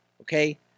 okay